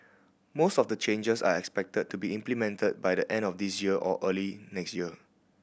most of the changes are expected to be implemented by the end of this year or early next year